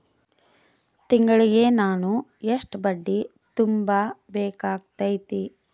ತಿಂಗಳಿಗೆ ನಾನು ಎಷ್ಟ ಬಡ್ಡಿ ತುಂಬಾ ಬೇಕಾಗತೈತಿ?